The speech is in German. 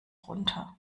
runter